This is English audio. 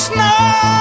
Snow